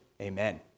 amen